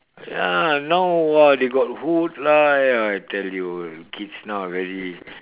ya now what they got hood lah ya I tell you kids now very